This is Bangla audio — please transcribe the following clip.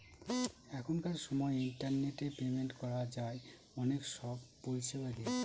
এখনকার সময় ইন্টারনেট পেমেন্ট করা যায় অনেক সব পরিষেবা দিয়ে